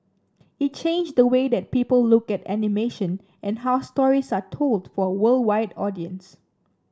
it changed the way that people look at animation and how stories are told for a worldwide audience